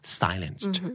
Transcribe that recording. silenced